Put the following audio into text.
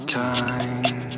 time